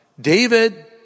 David